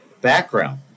Background